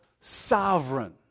sovereign